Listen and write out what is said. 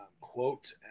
quote